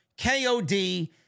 KOD